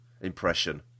impression